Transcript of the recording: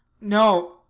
No